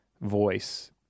voice